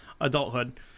Adulthood